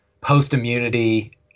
post-immunity